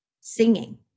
singing